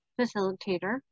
facilitator